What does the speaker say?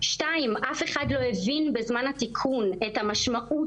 אף אחד לא הבין בזמן התיקון את המשמעות